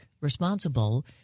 responsible